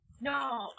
No